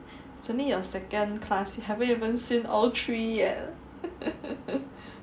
it's only your second class you haven't haven't seen all three yet